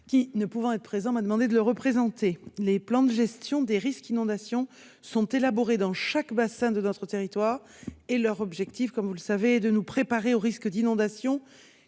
qui, ne pouvant être présent, m'a demandé de le représenter. Les PGRI sont élaborés dans chaque bassin de notre territoire et leur objectif, comme vous le savez, est de nous préparer aux risques d'inondation,